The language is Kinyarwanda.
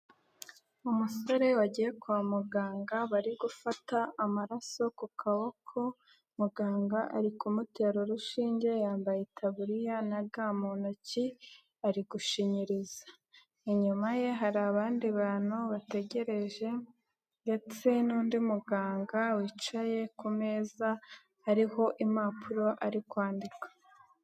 Umusore wagiye kwa muganga bari gufata amaraso ku kaboko muganga ari kumutera urushinge yambaye itaburiya na ga mu ntoki ari gushinyiriza, inyuma ye hari abandi bantu bategereje ndetse n'undi muganga wicaye ku meza ariho impapuro ari kwandika.